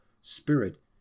spirit